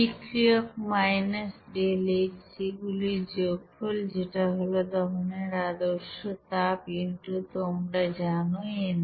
বিক্রিয়ক ΔHc গুলির যোগফল যেটা হলো দহনের আদর্শ তাপ x তোমরা জান ni